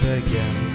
again